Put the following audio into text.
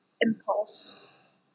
impulse